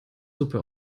suppe